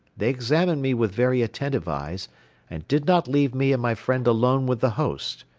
they examined me with very attentive eyes and did not leave me and my friend alone with the host.